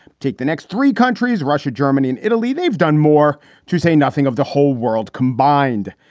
take the next three countries, russia, germany and italy. they've done more to say nothing of the whole world combined.